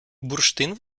бурштин